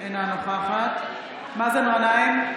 אינה נוכחת מאזן גנאים,